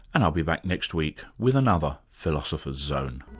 and i'll be back next week with another philosopher's zone